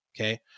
Okay